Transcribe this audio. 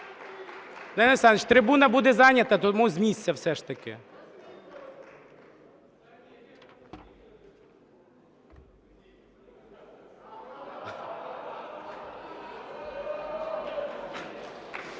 Данило Олександрович, трибуна буде зайнята. Тому з місця все ж таки.